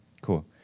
cool